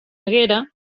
haguera